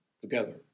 together